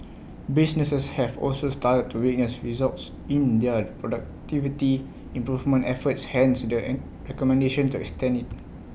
businesses have also started to witness results in their productivity improvement efforts hence the an recommendation to extend IT